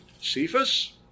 Cephas